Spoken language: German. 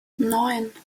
neun